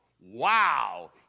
Wow